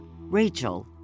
Rachel